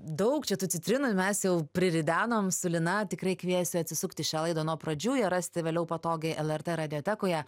daug čia tų citrinų ir mes jau priridenom su lina tikrai kviesiu atsisukti šią laidą nuo pradžių ją rasti vėliau patogiai lrt radiotekoje